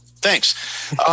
Thanks